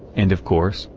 and of course,